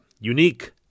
unique